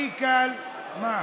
עיסאווי.